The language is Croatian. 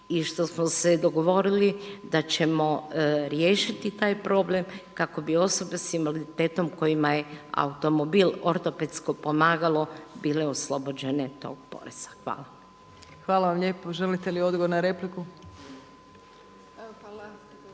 i što smo se dogovorili da ćemo riješiti taj problem kako bi osobe s invaliditetom kojima je automobil ortopedsko pomagalo bile oslobođene tog poreza. Hvala. **Opačić, Milanka (SDP)** Hvala vam lijepo. Želite li odgovor na repliku?